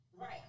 Right